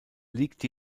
liegt